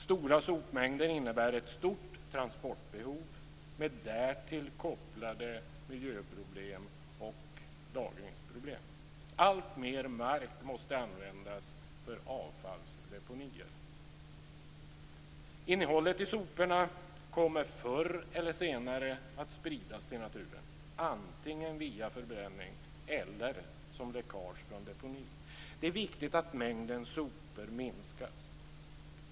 Stora sopmängder innebär ett stort transportbehov med därtill kopplade miljöproblem och lagringsproblem. Alltmer mark måste användas för avfallsdeponier. Innehållet i soporna kommer förr eller senare att spridas till naturen, antingen via förbränning eller som läckage från deponi. Det är viktigt att mängden sopor minskas.